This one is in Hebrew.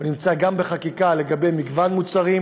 הוא נמצא גם בחקיקה לגבי מגוון מוצרים,